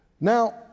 Now